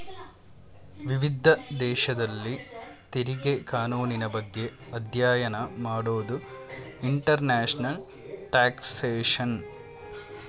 ವಿವಿಧ ದೇಶದಲ್ಲಿನ ತೆರಿಗೆ ಕಾನೂನಿನ ಬಗ್ಗೆ ಅಧ್ಯಯನ ಮಾಡೋದೇ ಇಂಟರ್ನ್ಯಾಷನಲ್ ಟ್ಯಾಕ್ಸ್ಯೇಷನ್